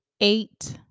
eight